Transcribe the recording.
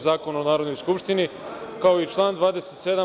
Zakon o Narodnoj skupštini, kao i član 27.